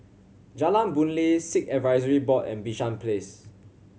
Jalan Boon Lay Sikh Advisory Board and Bishan Place